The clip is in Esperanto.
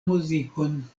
muzikon